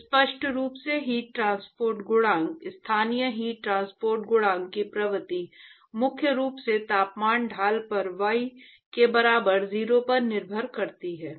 तो स्पष्ट रूप से हीट ट्रांसपोर्ट गुणांक स्थानीय हीट ट्रांसपोर्ट गुणांक की प्रकृति मुख्य रूप से तापमान ढाल पर y के बराबर 0 पर निर्भर करती है